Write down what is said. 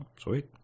Sweet